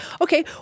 okay